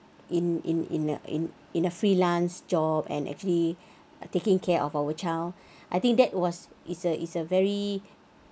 in in in in in a freelance job and actually uh taking care of our child I think that was is a is a very